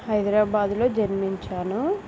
హైదరాబాద్లో జన్మించాను